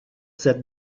cette